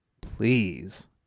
Please